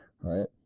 right